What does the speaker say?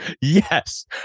Yes